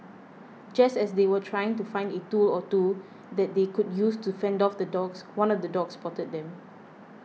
just as they were trying to find a tool or two that they could use to fend off the dogs one of the dogs spotted them